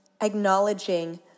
acknowledging